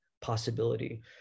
possibility